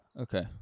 Okay